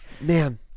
Man